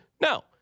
No